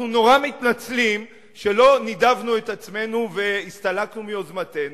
אנחנו נורא מתנצלים שלא נידבנו את עצמנו והסתלקנו מיוזמתנו,